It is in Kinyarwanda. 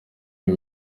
ubu